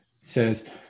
says